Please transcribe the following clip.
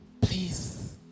Please